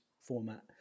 format